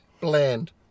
Bland